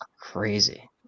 crazy